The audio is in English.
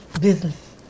business